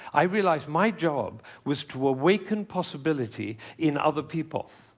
i realized my job was to awaken possibility in other people.